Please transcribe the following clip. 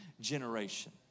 generation